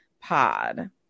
pod